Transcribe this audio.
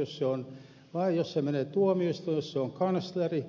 jos se on oikeusasiamies jos se menee tuomioistuimelle jos se on kansleri